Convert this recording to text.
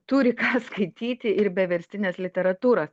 turi ką skaityti ir be verstinės literatūros